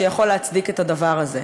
שיכול להצדיק את הדבר הזה,